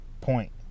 point